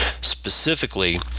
Specifically